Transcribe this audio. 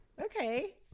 Okay